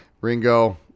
Ringo